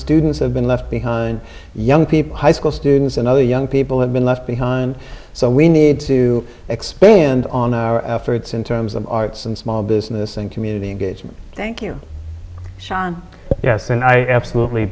students have been left behind young people high school students and other young people have been left behind so we need to expand on our efforts in terms of arts and small business and community engagement thank you sean yes and i absolutely